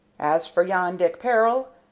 as for yon dick peril,